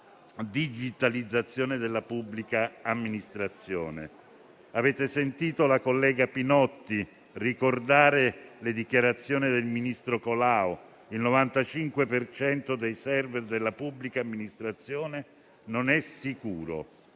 digitalizzazione della pubblica amministrazione. Avete sentito la collega Pinotti ricordare le dichiarazioni del ministro Colao: il 95 per cento dei *server* della pubblica amministrazione non è sicuro.